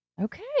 Okay